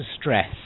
stress